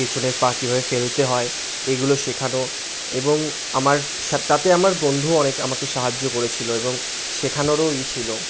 পেছনের পা কীভাবে ফেলতে হয় এগুলো শেখানো এবং আমার তাতে আমার বন্ধুও অনেক আমাকে সাহায্য করেছিলো এবং শেখানোরও ই ছিলো